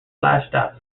slashdot